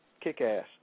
Kick-ass